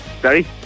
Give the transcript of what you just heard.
Sorry